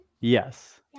Yes